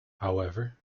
however